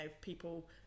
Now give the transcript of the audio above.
people